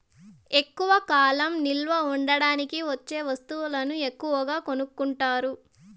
ఎక్కువ కాలం నిల్వ ఉంచడానికి వచ్చే వస్తువులను ఎక్కువగా కొనుక్కుంటారు